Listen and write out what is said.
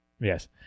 Yes